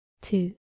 Two